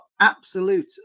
absolute